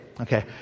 okay